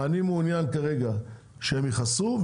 כרגע אני מעוניין שהם יכסו.